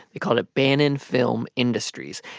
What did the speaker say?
they called it bannon film industries,